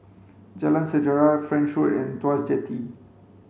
Jalan Sejarah French Road and Tuas Jetty